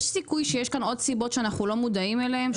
יש סיכוי שיש כאן עוד סיבות שאנחנו לא מודעים אליהן?